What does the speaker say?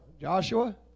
Joshua